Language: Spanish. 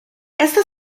este